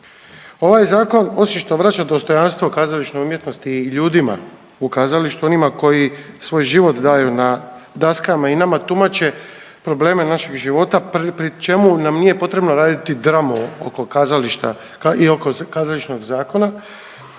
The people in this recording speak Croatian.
Ovaj zakon osim što vraća dostojanstvo kazališnoj umjetnosti i ljudima u kazalištu, onima koji svoj život daju na daskama i nama tumače probleme našeg života pri čemu nam nije potrebno raditi dramu oko kazališta i oko kazališnog zakona,